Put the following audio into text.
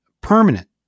permanent